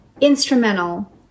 instrumental